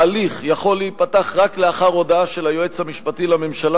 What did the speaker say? ההליך יכול להיפתח רק לאחר הודעה של היועץ המשפטי לממשלה